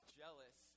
jealous